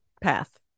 path